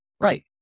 Right